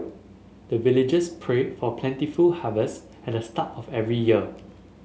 the villagers pray for plentiful harvest at the start of every year